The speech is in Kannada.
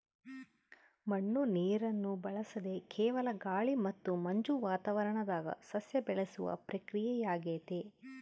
ಮಣ್ಣು ನೀರನ್ನು ಬಳಸದೆ ಕೇವಲ ಗಾಳಿ ಮತ್ತು ಮಂಜು ವಾತಾವರಣದಾಗ ಸಸ್ಯ ಬೆಳೆಸುವ ಪ್ರಕ್ರಿಯೆಯಾಗೆತೆ